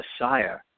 Messiah